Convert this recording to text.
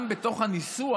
גם בתוך הניסוח,